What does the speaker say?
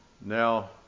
Now